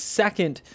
second